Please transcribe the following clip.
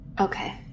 Okay